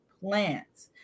plants